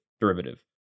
derivative